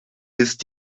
ist